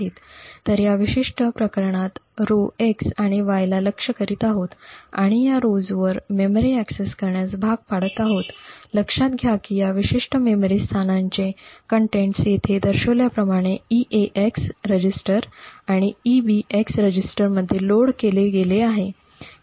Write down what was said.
तर या विशिष्ट प्रकरणात पंक्ती 'x' आणि 'y' ला लक्ष्य करीत आहोत आणि या पंक्तींवर मेमरी ऍक्सेस करण्यास भाग पाडत आहोत लक्षात घ्या की या विशिष्ट मेमरी स्थानाची सामग्री येथे दर्शविल्याप्रमाणे 'eax' रजिस्टर आणि 'ebx' रजिस्टरमध्ये लोड केले गेले आहे